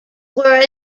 were